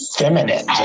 feminine